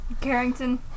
Carrington